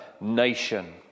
nation